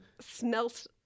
smelt